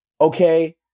Okay